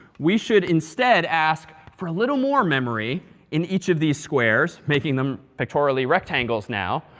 we should instead, ask for a little more memory in each of these squares, making them pictorially rectangles now.